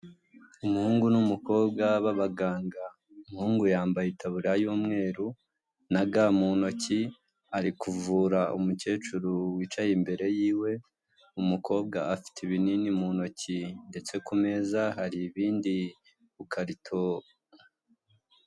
Umuhungu n'umukobwa b'abaganga, umuhungu yambaye itaburiya y'umweru, na ga mu ntoki, ari kuvura umukecuru wicaye imbere yiwe, umukobwa afite ibinini mu ntoki ndetse ku meza hari ibindi bikarito.